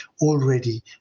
already